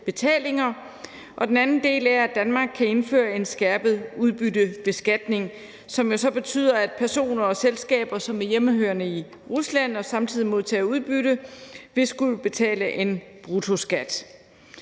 den anden del går ud på, at Danmark kan indføre en skærpet udbyttebeskatning, som jo så betyder, at personer og selskaber, som er hjemmehørende i Rusland og samtidig modtager udbytte, vil skulle betale en bruttoskat.